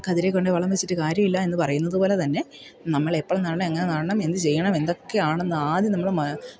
കതിരിൽ കൊണ്ട് വളം വെച്ചിട്ട് കാര്യമില്ല എന്നു പറയുന്നതു പോലെ തന്നെ നമ്മളെപ്പോൾ നടണം എങ്ങനെ നടണം എന്തു ചെയ്യണം എന്തൊക്കെയാണെന്നാദ്യം നമ്മൾ